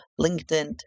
LinkedIn